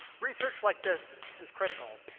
research like this is critical.